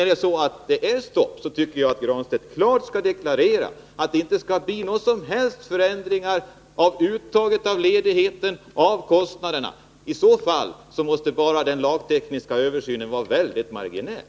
Är det så att det är stopp tycker jag att Pär Granstedt klart skall deklarera att man inte skall åstadkomma några som helst förändringar av uttagen av ledighet eller av kostnaderna. I så fall är den översyn som skall göras just lagteknisk och mycket marginell.